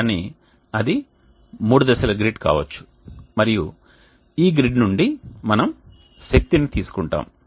కానీ అది మూడు దశల గ్రిడ్ కావచ్చు మరియు ఈ గ్రిడ్ నుండి మనం శక్తిని తీసుకుంటాము